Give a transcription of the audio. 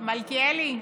מלכיאלי,